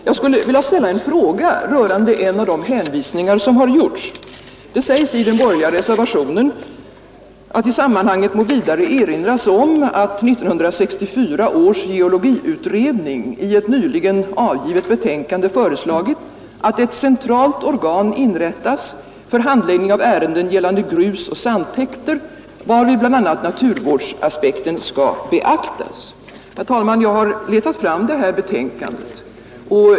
Jag skulle vilja ställa en fråga rörande en av de hänvisningar som gjorts. Det sägs i den borgerliga reservationen: ”I sammanhanget må vidare erinras om att 1964 års geologiutredning i ett nyligen avgivet betänkande föreslagit att ett centralt organ inrättas för handläggning av ärenden gällande grusoch sandtäkter, varvid bl.a. naturvårdsaspekten skall beaktas.” Herr talman! Jag har letat fram betänkandet.